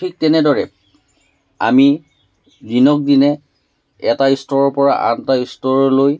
ঠিক তেনেদৰে আমি দিনক দিনে এটা স্তৰৰ পৰা আন এটা স্তৰলৈ